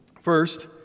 First